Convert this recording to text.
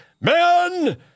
Men